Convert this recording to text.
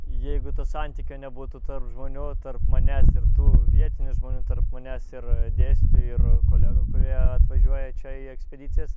jeigu to santykio nebūtų tarp žmonių tarp manęs ir tų vietinių žmonių tarp manęs ir dėstytojų ir kolegų kurie atvažiuoja čia į ekspedicijas